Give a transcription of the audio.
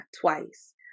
twice